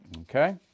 Okay